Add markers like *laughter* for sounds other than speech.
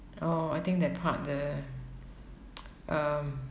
oh I think that part the *noise* um